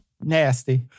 Nasty